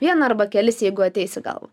vieną arba kelis jeigu ateis į galvą